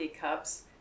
cups